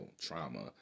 trauma